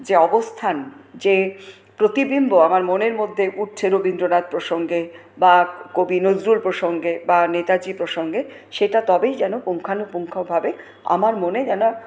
যে অবস্থান যে প্রতিবিম্ব আমার মনের মধ্যে উঠছে রবীন্দ্রনাথ প্রসঙ্গে বা কবি নজরুল প্রসঙ্গে বা নেতাজি প্রসঙ্গে সেটা তবেই যেন পুঙ্খানুপুঙ্খভাবে আমার মনে যেন